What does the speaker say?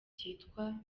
kitwa